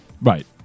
Right